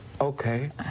okay